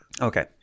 Okay